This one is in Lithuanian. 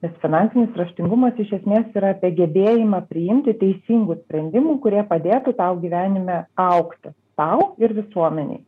nes finansinis raštingumas iš esmės yra apie gebėjimą priimti teisingų sprendimų kurie padėtų tau gyvenime augti tau ir visuomenei